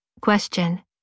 Question